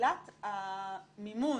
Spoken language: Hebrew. שלילת המימון,